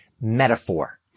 metaphor